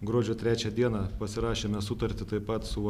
gruodžio trečią dieną pasirašėme sutartį taip pat su